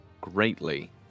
greatly